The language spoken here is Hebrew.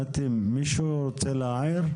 נתי, מישהו רוצה להעיר?